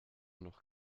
noch